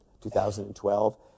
2012